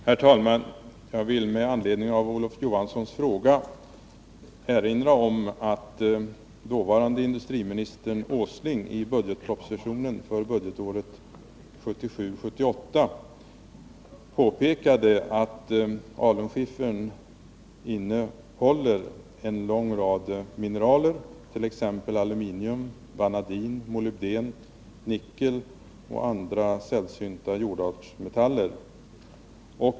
Herr talman! Med anledning av Olof Johanssons fråga vill jag erinra om att dåvarande industriministern Åsling i budgetpropositionen för budgetåret 1977/78 påpekade att alunskiffern innehåller en lång rad mineral, t.ex. aluminium, vanadin, molybden, nickel och andra sällsynta jordartsmetaller.